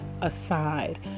aside